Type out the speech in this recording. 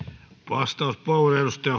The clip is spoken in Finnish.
arvoisa herra puhemies